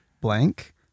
blank